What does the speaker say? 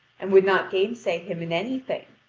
and would not gainsay him in anything.